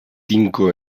tinko